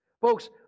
Folks